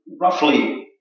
roughly